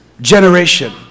generation